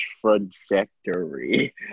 trajectory